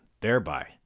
thereby